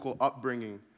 upbringing